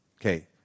Okay